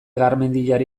garmendiari